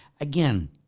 Again